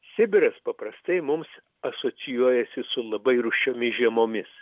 sibiras paprastai mums asocijuojasi su labai rūsčiomis žiemomis